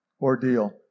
ordeal